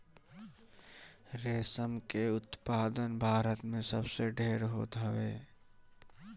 रेशम के उत्पादन भारत में सबसे ढेर होत हवे